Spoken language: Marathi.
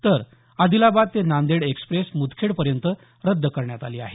तर आदिलाबाद ते नांदेड एक्स्प्रेस मुदखेड पर्यंत रद्द करण्यात आली आहे